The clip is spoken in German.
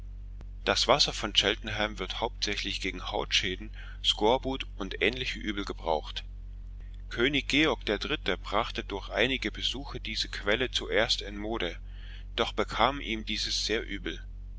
das wasser von cheltenham wird hauptsächlich gegen hautschäden skorbut und ähnliche übel gebraucht könig georg der dritte brachte durch einige besuche diese quelle zuerst in mode doch bekam ihm dieses sehr übel